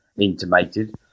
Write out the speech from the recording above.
intimated